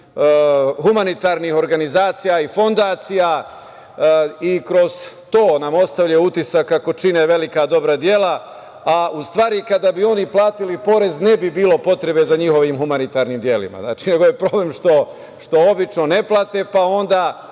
humanitarnih organizacija i fondacija i kroz to nam ostavlja utisak kako čine velika dobra dela, a u stvari kada bi oni platili porez ne bi bilo potrebe za njihovim humanitarnim delima, nego je problem što obično ne plate, pa onda